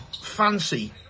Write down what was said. Fancy